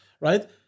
right